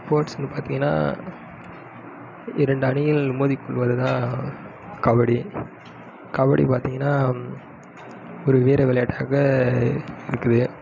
ஸ்போர்ட்ஸ்னு பார்த்தீங்கனா இரண்டு அணிகள் மோதிக்கொள்வதுதான் கபடி கபடி பார்த்தீங்கனா ஒரு வீர விளையாட்டாக இருக்குது